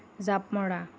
জাঁপ মৰা